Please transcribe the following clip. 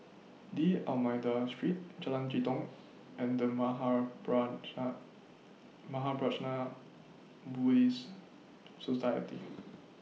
D'almeida Street Jalan Jitong and The Mahaprajna Buddhist Society